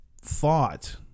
thought